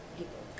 people